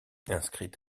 inscrite